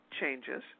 changes